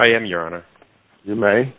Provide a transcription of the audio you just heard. i am your honor you may